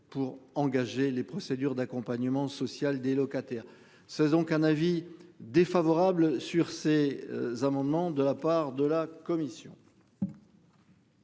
pour engager les procédures d'accompagnement social des locataires. C'est donc un avis défavorable sur ces amendements de la part de la commission.